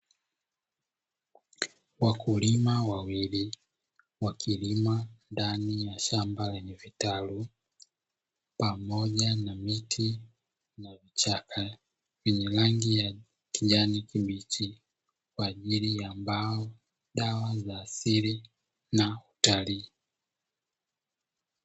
Wakulima wawili wakilima ndani ya shamba lenye vitalu pamoja na miti yenye vichaka vyenye rangi ya kijani kibichi kwa ajili ya mbao, dawa za asili na utalii.